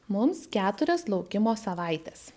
mums keturias laukimo savaites